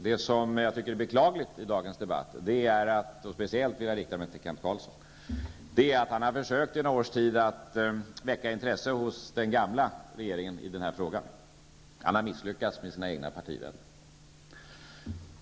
Det som är beklagligt är att Kent Carlsson, som i några års tid har försökt väcka intresse hos den gamla regeringen i den här frågan, har misslyckats med sina egna partivänner.